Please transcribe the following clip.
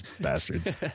bastards